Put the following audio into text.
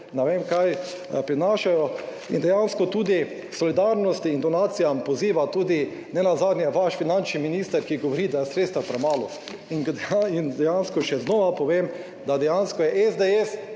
ne vem kaj prinašajo in dejansko tudi k solidarnosti in donacijam poziva tudi nenazadnje vaš finančni minister, ki govori, da je sredstev premalo in dejansko še znova povem, da dejansko je SDS